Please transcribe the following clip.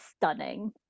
stunning